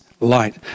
light